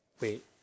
Wait